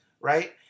right